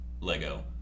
Lego